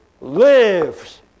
lives